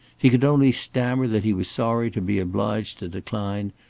he could only stammer that he was sorry to be obliged to decline,